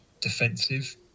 defensive